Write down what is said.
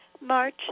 March